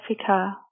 Africa